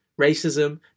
Racism